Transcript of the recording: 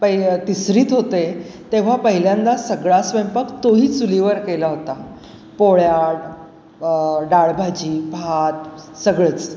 पयल् तिसरीत होते तेव्हा पहिल्यांदा सगळा स्वयंपाक तोही चुलीवर केला ओता पोळ्या डाळभाजी भात सगळंच